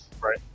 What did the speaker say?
Right